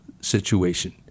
situation